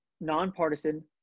nonpartisan